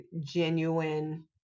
genuine